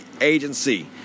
Agency